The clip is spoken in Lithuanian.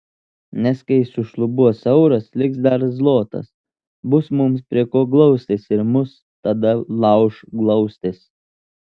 nes kai sušlubuos euras liks dar zlotas bus mums prie ko glaustis ir mus tada lauš glaustis